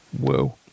Whoa